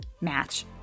match